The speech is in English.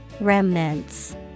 Remnants